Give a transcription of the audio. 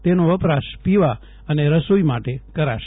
તેનો વપરાશ પીવા અને રસોઈ માટે કરાશે